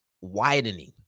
widening